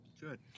Good